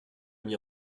mis